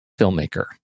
filmmaker